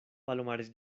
palomares